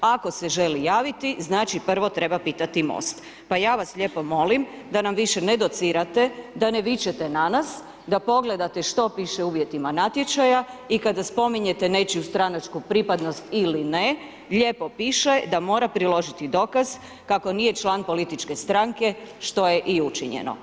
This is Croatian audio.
Ako se želi javiti, znači prvo treba pitati MOST pa ja vas lijepo molim da nam više ne docirate, da ne vičete na nas, da pogledate što piše u uvjetima natječaja i kada spominjete nečiju stranačku pripadnost ili ne, lijepo piše da mora priložiti dokaz kako nije član političke stranke što je i učinjeno.